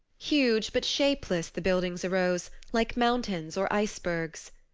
huge but shapeless the buildings arose, like mountains or icebergs.